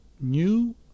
new